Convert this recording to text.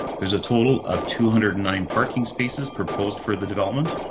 there's a total of two hundred and nine parking spaces proposed for the development.